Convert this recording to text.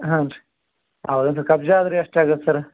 ಹಾಂನ್ರೀ ಹೌದೇನ್ರೀ ಕಬ್ಜ ಆದ್ರೆ ಎಷ್ಟಾಗುತ್ತೆ ಸರ್